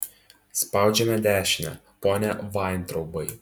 spaudžiame dešinę pone vaintraubai